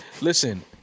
Listen